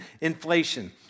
inflation